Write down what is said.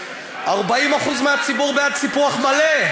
40% מהציבור בעד סיפוח מלא.